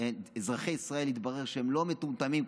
התברר שהם לא מטומטמים,